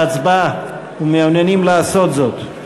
בהצבעה ומעוניינים לעשות זאת?